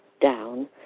down